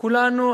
כולנו,